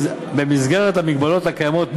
במסגרת המגבלות הקיימות,